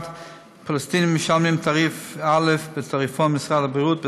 פלסטינים משלמים תעריף א' בתעריפון משרד הבריאות,